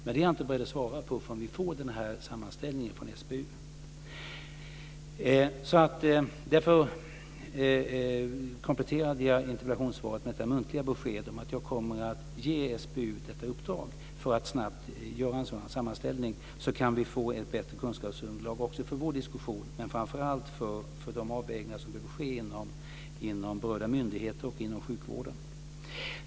Men det är jag inte beredd att svara på förrän vi får den här sammanställningen från SBU. Därför kompletterade jag interpellationssvaret med detta muntliga besked om att jag kommer att ge SBU detta uppdrag. Om man snabbt gör en sådan sammanställning kan vi få ett bättre kunskapsunderlag också för vår diskussion, men framför allt för de avvägningar som behöver ske inom berörda myndigheter och inom sjukvården.